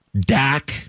Dak